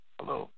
Hello